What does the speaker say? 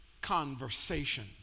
conversation